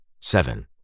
Seven